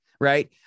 right